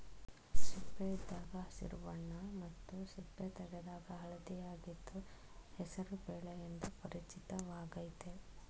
ಸಿಪ್ಪೆಯಿದ್ದಾಗ ಹಸಿರು ಬಣ್ಣ ಮತ್ತು ಸಿಪ್ಪೆ ತೆಗೆದಾಗ ಹಳದಿಯಾಗಿದ್ದು ಹೆಸರು ಬೇಳೆ ಎಂದು ಪರಿಚಿತವಾಗಯ್ತೆ